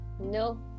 no